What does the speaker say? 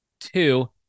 Two